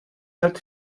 hat